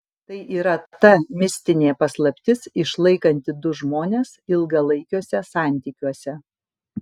tai yra ta mistinė paslaptis išlaikanti du žmones ilgalaikiuose santykiuose